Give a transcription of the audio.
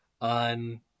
on